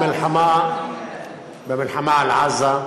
במלחמה על עזה,